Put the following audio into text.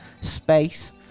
space